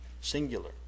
singular